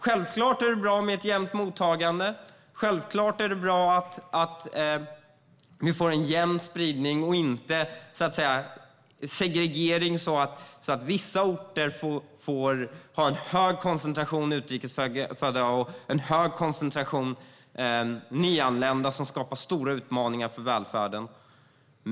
Självklart är det bra med ett jämnt mottagande, och självklart är det bra att vi får en jämn spridning och inte segregering så att vissa orter får en hög koncentration utrikesfödda och en hög koncentration nyanlända som skapar stora utmaningar för välfärden.